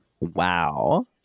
Wow